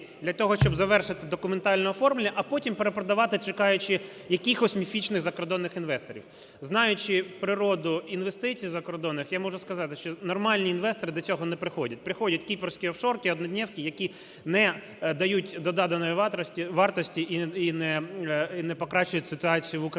для того, щоб завершити документальне оформлення, а потім перепродавати, чекаючи якихось міфічних закордонних інвесторів. Знаючи природу інвестицій закордонних, я можу сказати, що нормальні інвестори до цього не приходять. Приходять кіпрські офшорки-одноднєвки, які не дають до доданої вартості і не покращують ситуацію в Україні.